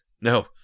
No